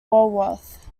walworth